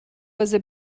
was